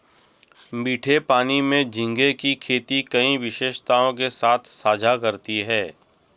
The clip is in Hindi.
मीठे पानी में झींगे की खेती कई विशेषताओं के साथ साझा करती है